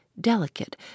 delicate